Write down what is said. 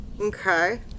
Okay